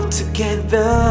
together